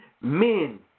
men